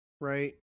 right